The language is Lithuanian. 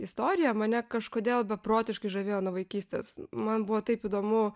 istorija mane kažkodėl beprotiškai žavėjo nuo vaikystės man buvo taip įdomu